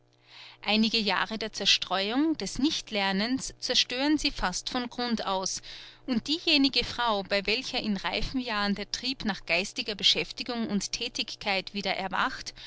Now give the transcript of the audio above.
einige jahre der zerstreuung des nichtlernens zerstören sie fast von grund aus und diejenige frau bei welcher in reiferen jahren der trieb nach geistiger beschäftigung und thätigkeit wieder